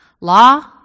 Law